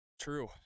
True